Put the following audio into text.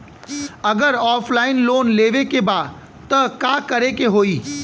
अगर offline loan लेवे के बा त का करे के होयी?